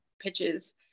pitches